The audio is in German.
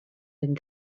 den